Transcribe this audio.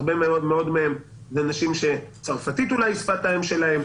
הרבה מאוד מהם הם אנשים שצרפתית אולי היא שפת האם שלהם,